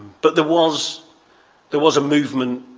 but there was there was a movement